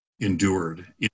endured